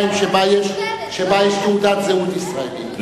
שבה יש תעודת זהות ישראלית.